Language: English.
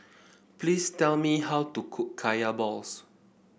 please tell me how to cook Kaya Balls